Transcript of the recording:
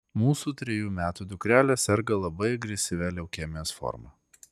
mūsų trejų metų dukrelė serga labai agresyvia leukemijos forma